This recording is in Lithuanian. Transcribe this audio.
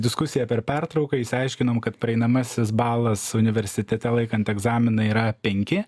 diskusiją per pertrauką išsiaiškinom kad praeinamasis balas universitete laikant egzaminą yra penki